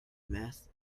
meth